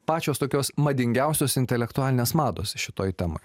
pačios tokios madingiausios intelektualinės mados šitoj temoj